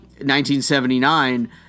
1979—